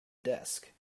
desk